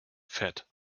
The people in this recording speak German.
fett